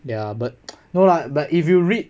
ya but no lah but if you read